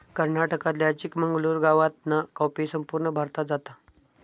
कर्नाटकातल्या चिकमंगलूर गावातना कॉफी संपूर्ण भारतात जाता